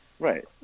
Right